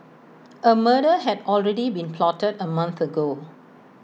A murder had already been plotted A month ago